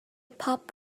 pop